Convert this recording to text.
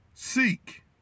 Seek